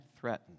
threatened